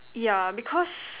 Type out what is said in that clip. yeah because